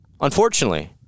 unfortunately